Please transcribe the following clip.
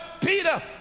Peter